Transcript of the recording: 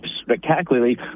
spectacularly